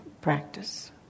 practice